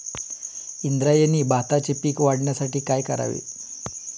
इंद्रायणी भाताचे पीक वाढण्यासाठी काय करावे?